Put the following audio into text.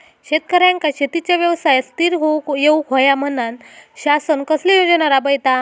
शेतकऱ्यांका शेतीच्या व्यवसायात स्थिर होवुक येऊक होया म्हणान शासन कसले योजना राबयता?